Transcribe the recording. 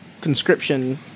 conscription